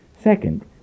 Second